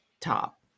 top